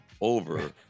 over